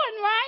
right